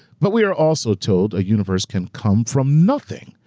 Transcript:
but we are also told a universe can come from nothing,